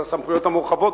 את הסמכויות המורחבות,